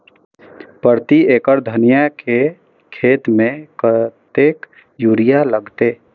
प्रति एकड़ धनिया के खेत में कतेक यूरिया लगते?